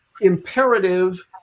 imperative